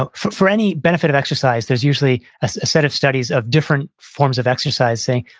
ah for any benefit of exercise, there's usually a set of studies of different forms of exercise saying,